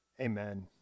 Amen